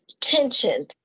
tension